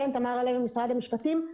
תמרה לב, משרד המשפטים.